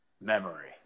memory